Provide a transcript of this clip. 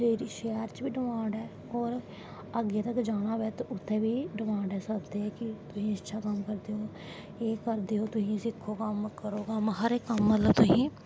शैह्र च बी डिमांड़ ऐ और अग्गैं तक जानां होऐ ते उत्थें बी डिमांड़ ऐ सद्दे कि तुस अच्छा कम्म करदे औ एह् ऐ तुस सिक्खो कम्म करो कम्म हर कम्म मतलव तुसें